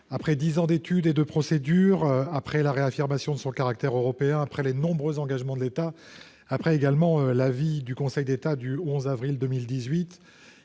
Après dix ans d'études et de procédures, après la réaffirmation de son caractère européen, après les nombreux engagements de l'État, après l'avis du Conseil d'État du 11 avril 2018,